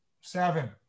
seven